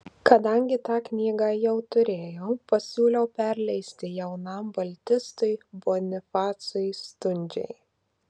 kadangi tą knygą jau turėjau pasiūliau perleisti jaunam baltistui bonifacui stundžiai